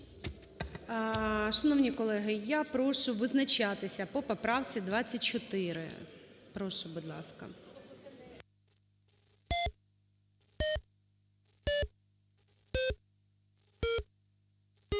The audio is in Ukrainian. Шановні колеги, я прошу визначатися по поправці 24. Прошу, будь ласка.